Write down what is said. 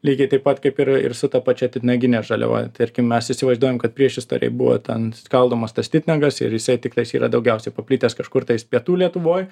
lygiai taip pat kaip ir ir su ta pačia titnagine žaliava tarkim mes įsivaizduojam kad priešistorėj buvo ten skaldomos tas titnagas ir jisai tikrais yra daugiausiai paplitęs kažkur tais pietų lietuvoj